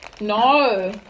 No